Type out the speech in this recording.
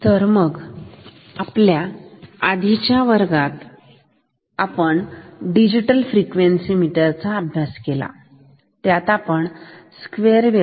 digital frequency meter आणि Schmitt trigger तर मगआपल्या आधीच्या वर्गात आपण डिजिटल फ्रिक्वेन्सी मीटर चा अभ्यास केला त्यात आपण स्क्वेअर वेव्ह ची फ्रिक्वेन्सी मोजू शकलो